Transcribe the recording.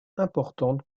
importante